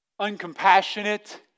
uncompassionate